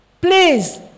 please